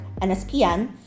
NSPN